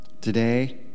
Today